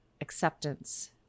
acceptance